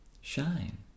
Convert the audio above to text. shine